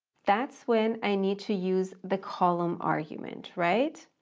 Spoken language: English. that's when i need to use the column argument, right?